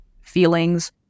feelings